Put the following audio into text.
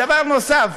דבר נוסף,